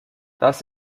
das